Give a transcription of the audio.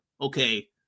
okay